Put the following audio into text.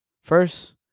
First